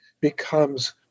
becomes